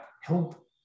help